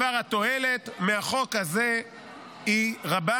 התועלת מהחוק הזה היא רבה.